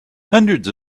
hundreds